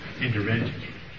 intervention